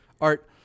Art